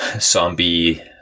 zombie